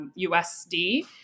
USD